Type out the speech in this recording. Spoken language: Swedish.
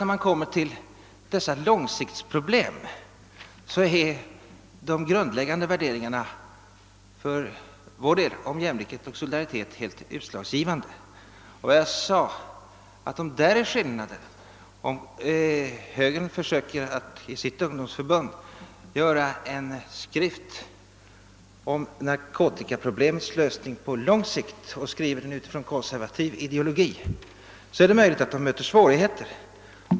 När man kommer till dessa långsiktsproblem är de grundläggande värderingarna om jämlikhet och solidaritet för vår del helt utslagsgivande. Om moderata samlingspartiet i sitt ungdomsförbund försöker göra en skrift om narkotikaproblemets lösning på lång sikt och skriver den utifrån konservativ ideologi är det möjligt att man möter svårigheter.